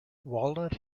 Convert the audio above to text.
walnut